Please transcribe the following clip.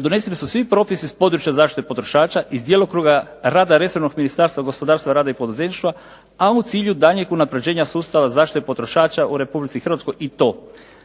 doneseni su svi propisi s područja zaštite potrošača iz djelokruga rada resornog Ministarstva gospodarstva, rada i poduzetništva a u cilju daljnjeg unapređenja sustava zaštite potrošača u Republici Hrvatskoj i to